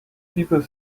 people